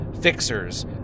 fixers